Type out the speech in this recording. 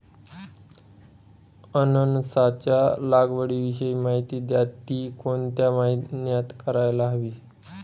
अननसाच्या लागवडीविषयी माहिती द्या, ति कोणत्या महिन्यात करायला हवी?